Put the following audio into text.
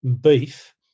beef